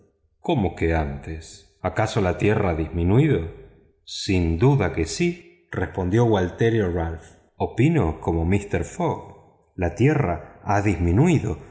cómo que antes acaso la tierra ha disminuido sin duda que sí respondió gualterio ralph opino como míster fogg la tierra ha disminuido